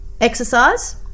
Exercise